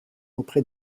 auprès